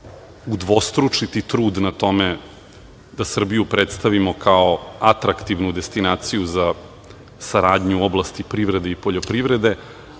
udvostručiti trud na tome da Srbiju predstavimo kao atraktivnu destinaciju za saradnju u oblasti privrede i poljoprivrede,